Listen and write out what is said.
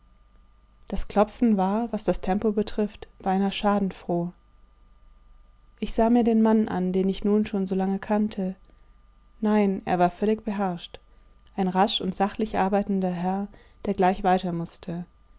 das klopfen war was das tempo betrifft beinah schadenfroh ich sah mir den mann an den ich nun schon so lange kannte nein er war völlig beherrscht ein rasch und sachlich arbeitender herr der gleich weiter mußte